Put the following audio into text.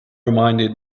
reminded